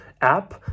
app